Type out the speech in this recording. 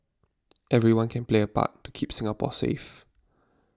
everyone can play a part to keep Singapore safe